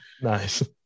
Nice